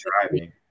driving